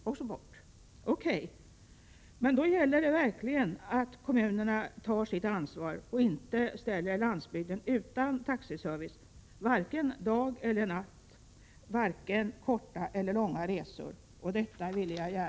Okej, men då gäller det verkligen att kommunerna tar sitt ansvar och inte ställer landsbygden utan taxiservice — varken dag eller natt, varken för korta eller långa resor.